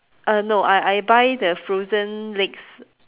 uh no I I buy the frozen legs